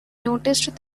noticed